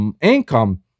income